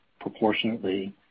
proportionately